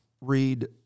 read